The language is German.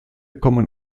kommen